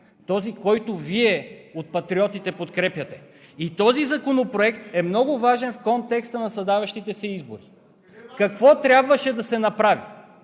този, който Вие от Патриотите подкрепяте. И този законопроект е много важен в контекста на задаващите се избори. Какво трябваше да се направи?